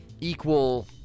equal